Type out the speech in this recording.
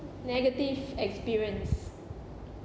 negative experience